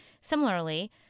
Similarly